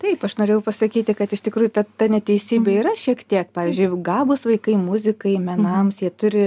taip aš norėjau pasakyti kad iš tikrųjų ta ta neteisybė yra šiek tiek pavyzdžiui gabūs vaikai muzikai menams jie turi